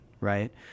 right